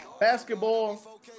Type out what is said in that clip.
Basketball